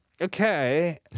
okay